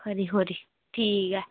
खरी खरी ठीक ऐ